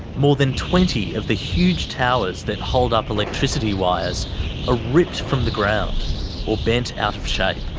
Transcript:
more than twenty of the huge towers that hold up electricity wires are ripped from the ground or bent out of shape.